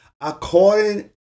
according